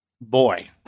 Boy